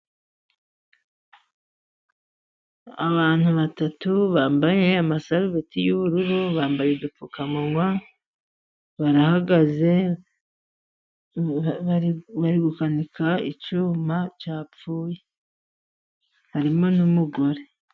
Abantu batatu bambaye amasarubeti yu'bururu, bambaye udupfukamunwa, barahagaze, bari gukanika icyuma cyapfuye. Harimo n'umugore.